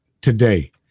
today